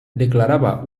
declarava